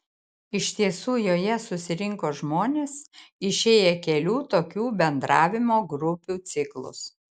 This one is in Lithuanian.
iš tiesų joje susirinko žmonės išėję kelių tokių bendravimo grupių ciklus